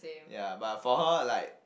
ya but for her like